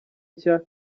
nshya